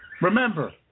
remember